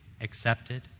accepted